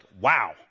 wow